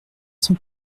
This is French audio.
cent